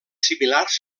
similars